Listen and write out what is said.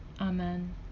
Amen